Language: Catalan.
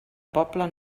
poble